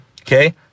okay